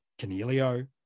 Canelio